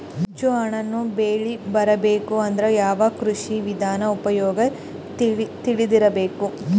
ಹೆಚ್ಚು ಹಣ್ಣನ್ನ ಬೆಳಿ ಬರಬೇಕು ಅಂದ್ರ ಯಾವ ಕೃಷಿ ವಿಧಾನ ಉಪಯೋಗ ತಿಳಿದಿರಬೇಕು?